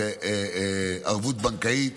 זו ערבות בנקאית,